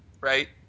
right